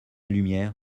lumière